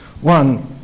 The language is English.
One